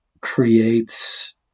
creates